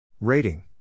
Rating